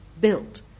built